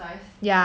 ya